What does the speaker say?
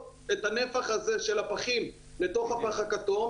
את הנפח הזה של הפחים לתוך הפח הכתום,